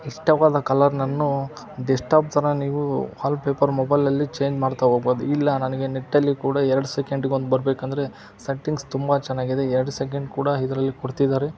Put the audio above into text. ಇಷ್ಟವಾದ ಕಲರ್ನನ್ನು ಡೆಸ್ಟಾಪ್ ಥರ ನೀವು ವಾಲ್ಪೇಪರ್ ಮೊಬೈಲಲ್ಲಿ ಚೇಂಜ್ ಮಾಡ್ತಾ ಹೋಬೋದ್ ಇಲ್ಲ ನನಗೆ ನೆಟ್ಟಲ್ಲಿ ಕೂಡ ಎರಡು ಸೆಕೆಂಡಿಗೊಂದು ಬರಬೇಕಂದ್ರೆ ಸಟ್ಟಿಂಗ್ಸ್ ತುಂಬ ಚೆನ್ನಾಗಿದೆ ಎರಡು ಸೆಕೆಂಡ್ ಕೂಡ ಇದರಲ್ಲಿ ಕೊಡ್ತಿದ್ದಾರೆ